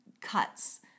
cuts